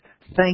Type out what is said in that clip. Thank